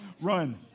run